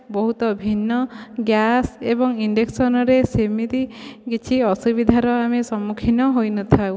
ବହୁତ ଭିନ୍ନ ଗ୍ୟାସ୍ ଏବଂ ଇଣ୍ଡକ୍ସନ୍ରେ ସେମିତି କିଛି ଅସୁବିଧାର ଆମେ ସମ୍ମୁଖୀନ ହୋଇନଥାଉ